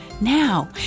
now